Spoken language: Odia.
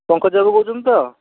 ପଙ୍କଜ ବାବୁ କହୁଛନ୍ତି ତ